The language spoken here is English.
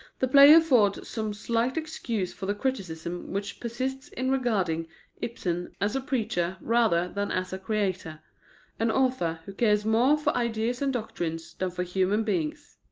the play affords some slight excuse for the criticism which persists in regarding ibsen as a preacher rather than as a creator an author who cares more for ideas and doctrines than for human beings.